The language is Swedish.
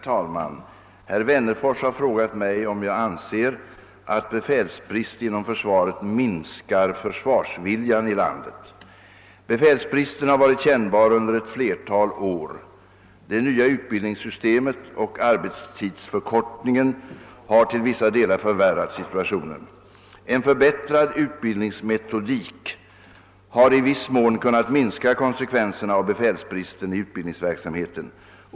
Herr talman! Herr Wennerfors har frågat mig om jag anser att befälsbrist inom försvaret minskar försvarsviljan i landet. | Befälsbristen har varit kännbar under ett flertal år. Det nya utbildningssystemet och arbetstidsförkortningen har till vissa delar förvärrat situationen. En förbättrad utbildningsmetodik har i viss mån kunnat minska konsekvenserna av befälsbristen i utbildningsverksamheten.